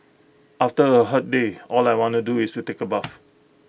after A hot day all I want to do is to take A bath